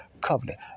covenant